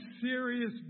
serious